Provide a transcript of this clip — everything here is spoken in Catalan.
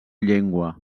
llengua